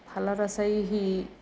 फलरसैः